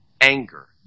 Anger